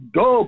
go